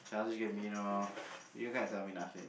Childish-Gambino you can't tell me nothing